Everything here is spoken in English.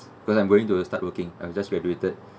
because I'm going to start working I was just graduated